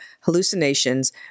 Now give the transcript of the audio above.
hallucinations